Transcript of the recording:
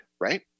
right